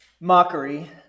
mockery